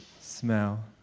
smell